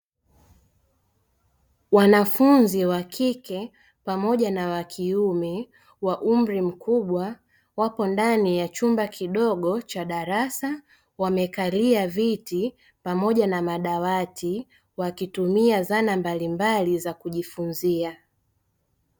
Wanafunzi wa kike pamoja na wa kiume wa umri mkubwa wapo ndani ya chumba kidogo cha darasa, wamekalia viti pamoja na madawati wakitumia zana mbalimbali za kujifunzia.